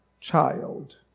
child